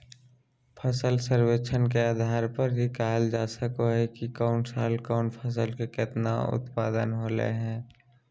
फसल सर्वेक्षण के आधार पर ही कहल जा सको हय कि कौन साल कौन फसल के केतना उत्पादन होलय हें